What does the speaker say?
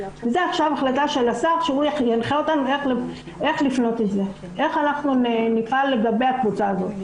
זאת עכשיו החלטה של השר להנחות אותנו איך נפעל לגבי הקבוצה הזאת.